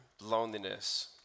loneliness